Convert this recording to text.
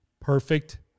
perfect